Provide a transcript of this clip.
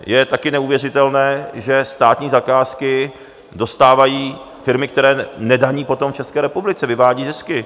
Je taky prostě neuvěřitelné, že státní zakázky dostávají firmy, které nedaní potom v České republice, vyvádí zisky.